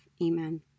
Amen